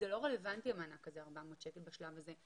זה לא רלוונטי המענק הזה של 400 שקל בשלב הזה.